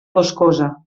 boscosa